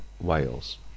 Wales